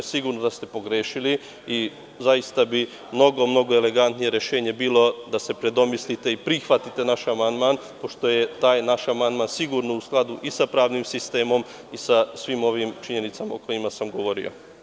Sigurno da ste pogrešili i zaista bi mogao mnogo elegantnije rešenje bilo da se predomislite i prihvatite naš amandman, pošto je taj naš amandman sigurno u skladu i sa pravnim sistemom i sa svim ovim činjenicama o kojima sam govorio.